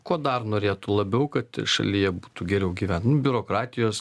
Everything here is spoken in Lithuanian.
ko dar norėtų labiau kad šalyje būtų geriau gyvent nu biurokratijos